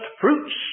fruits